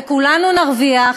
וכולנו נרוויח,